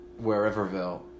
Whereverville